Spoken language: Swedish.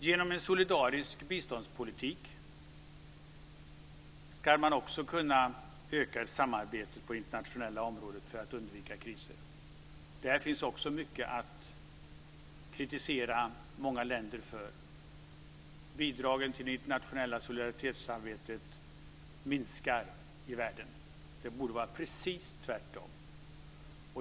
Genom en solidarisk biståndspolitik ska man också kunna öka samarbetet på det internationella området för att undvika kriser. Där finns också mycket att kritisera många länder för. Bidragen till det internationella solidaritetssamvetet minskar i världen. Det borde vara precis tvärtom.